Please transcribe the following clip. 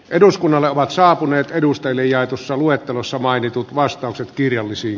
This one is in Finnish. eduskunnalle ovat saapuneet tiedustelijaetussa luettelossa mainitut vastaukset kirjallisen